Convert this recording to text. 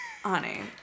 Honey